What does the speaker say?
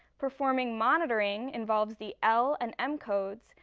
performing monitoring involves the l and m codes.